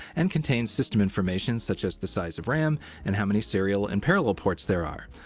and contains system information such as the size of ram and how many serial and parallel ports there are.